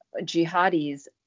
jihadis